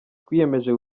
twiyemeje